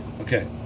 okay